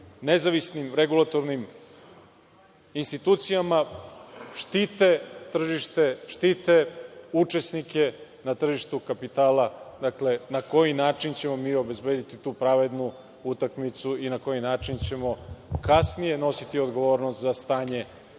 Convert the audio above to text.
nezavisnim regulatornim institucijama štite tržište, štite učesnike na tržištu kapitala? Dakle, na koji način ćemo mi obezbediti tu pravednu utakmicu i na koji način ćemo kasnije nositi odgovornost za stanje